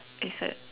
okay set